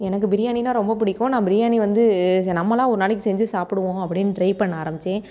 எனக்கு பிரியாணின்னா ரொம்ப பிடிக்கும் நான் பிரியாணி வந்து நம்மள ஒரு நாளைக்கு செஞ்சு சாப்பிடுவோம் அப்படின்னு ட்ரை பண்ண ஆரம்பிச்சேன்